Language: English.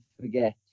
forget